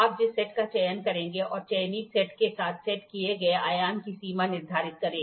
आप जिस सेट का चयन करेंगे और चयनित सेट के साथ सेट किए गए आयाम की सीमा निर्धारित करें